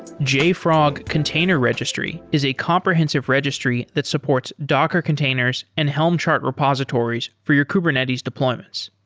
jfrog container registry is a comprehensive registry that supports docker containers and helm chart repositories for your kubernetes deployments.